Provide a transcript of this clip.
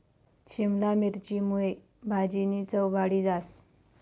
शिमला मिरची मुये भाजीनी चव वाढी जास